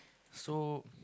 so